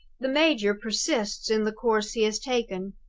the major persists in the course he has taken.